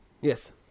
Yes